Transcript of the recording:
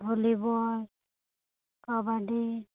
ᱵᱷᱚᱞᱤ ᱵᱚᱞ ᱠᱟᱵᱟᱰᱤ